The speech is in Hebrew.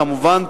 כמובן,